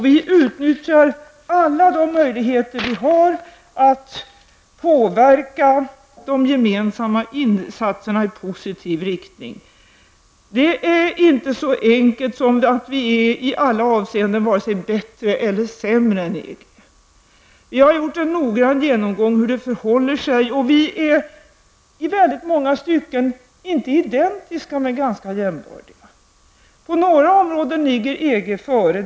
Sverige utnyttjar alla de möjligheter som finns att påverka de gemensamma insatserna i positiv riktning. Det är inte så enkelt att vi alla avseeenden är vare sig bättre eller sämre än EG. Vi har gjort en noggrann genomgång av hur det förhåller sig, och förhållandena är om inte identiska så i många stycken ganska jämnbördiga. På några områden ligger EG före.